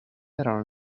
erano